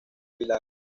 villar